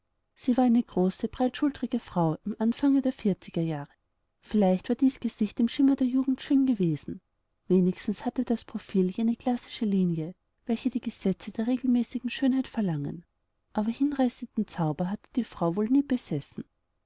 sie war eine große breitschultrige frau im anfange der vierziger jahre vielleicht war dies gesicht im schimmer der jugend schön gewesen wenigstens hatte das profil jene klassische linie welche die gesetze der regelmäßigen schönheit verlangen aber hinreißenden zauber hatte die frau wohl nie besessen